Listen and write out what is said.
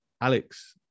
Alex